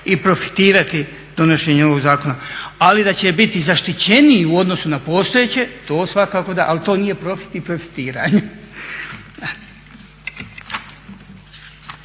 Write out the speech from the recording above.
i profitirati donošenjem ovog zakona. Ali da će biti zaštićeniji u odnosu na postojeće to svakako da. Ali to nije profit i profitiranje.